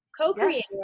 co-creator